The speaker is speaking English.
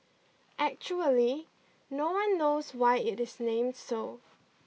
actually no one knows why it is named so